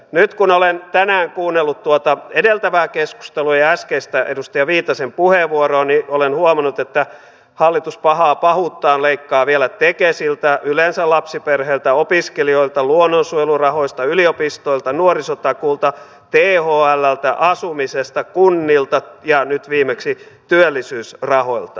nyt kun olen tänään kuunnellut tuota edeltävää keskustelua ja äskeistä edustaja viitasen puheenvuoroa niin olen huomannut että hallitus pahaa pahuuttaan leikkaa vielä tekesiltä yleensä lapsiperheiltä opiskelijoilta luonnonsuojelurahoista yliopistoilta nuorisotakuulta thlltä asumisesta kunnilta ja nyt viimeksi työllisyysrahoista